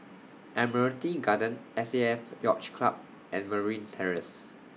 Admiralty Garden S A F Yacht Club and Merryn Terrace